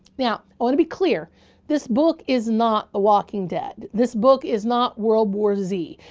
now, i want to be clear this book is not a walking dead. this book is not world war z.